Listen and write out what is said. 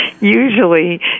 usually